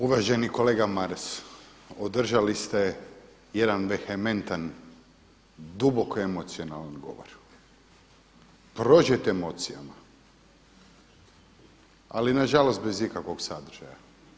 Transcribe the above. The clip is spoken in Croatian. Uvaženi kolega Maras, održali ste jedan vehementan duboko emocionalan govor, prožet emocijama, ali nažalost bez ikakvog sadržaja.